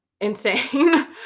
insane